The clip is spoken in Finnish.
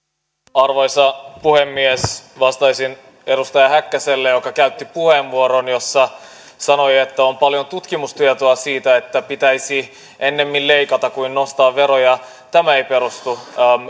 arvoisa puhemies vastaisin edustaja häkkäselle joka käytti puheenvuoron jossa hän sanoi että on paljon tutkimustietoa siitä että pitäisi ennemmin leikata kuin nostaa veroja tämä ei perustu